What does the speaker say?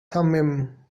thummim